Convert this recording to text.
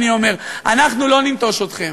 אני אומר: אנחנו לא ננטוש אתכם.